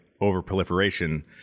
over-proliferation